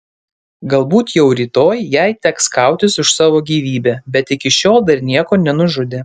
galbūt jau rytoj jai teks kautis už savo gyvybę bet iki šiol dar nieko nenužudė